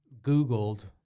Googled